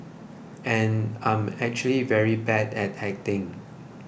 and I'm actually very bad at acting